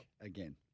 again